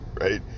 right